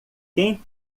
quem